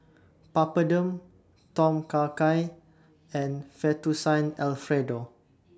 Papadum Tom Kha Gai and Fettuccine Alfredo